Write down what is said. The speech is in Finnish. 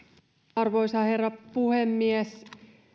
arvoisa herra puhemies